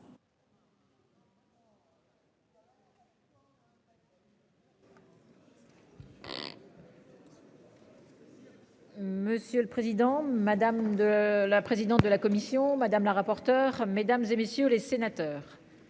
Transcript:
Monsieur le président, madame de la présidente de la commission, madame la rapporteure mesdames et messieurs les sénateurs.